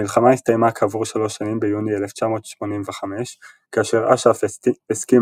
המלחמה הסתיימה כעבור שלוש שנים ביוני 1985 כאשר אש"ף הסכים